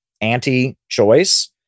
anti-choice